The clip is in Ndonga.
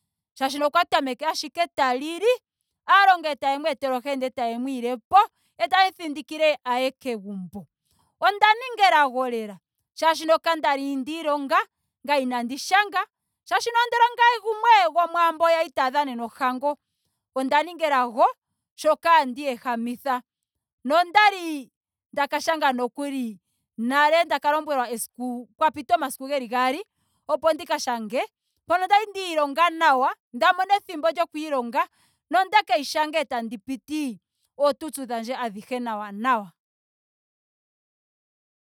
Molwaashoka okwa tameke ashike ta lili. aalongi etaye mweetele ohenda etaye mwiilepo etayemu thindikile aye kegumbo. Onda ninga elago lela molwaashoka kandali ndiilonga. ngame inandi shanga molwaashoka andola ngame gumwe yomwaamboka kwali taya dhanenwa ohango. Onda ninga elago shoka ndiiyehamitha. Nokwali nokuli ndaka shanga nale. nda lombwelwa esiku pwa pita omasiku geli gaali opo ndika shange. mpono kwali ndiilonga nawa. nda mona ehimbo lyokwiilonga. nondekeyi shanga etandi piti ootutsu dhandje adhihe nawa nawa.